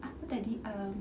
apa tadi um